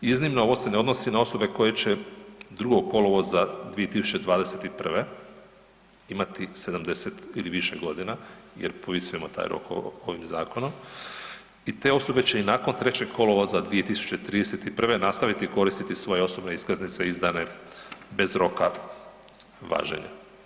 Iznimno, ovo se ne odnosi na osobe koje će 2. kolovoza 2021. imati 70 i više godina jer povisujemo taj rok ovim zakonom i te osobe će i nakon 3. kolovoza 2031. nastaviti koristiti svoje osobne iskaznice izdane bez roka važenja.